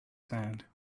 sand